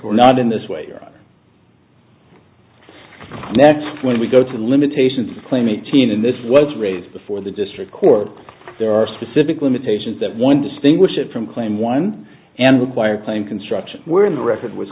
or not in this way or next when we go to limitations claim eighteen and this was raised before the district court there are specific limitations that one distinguish it from claim one and require claim construction where in the record was